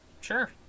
Sure